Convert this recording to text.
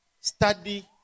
study